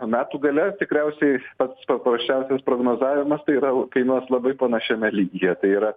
metų gale tikriausiai pats paprasčiausias prognozavimas tai yra kainuos labai panašiame lygyje tai yra